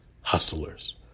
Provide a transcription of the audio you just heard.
hustlers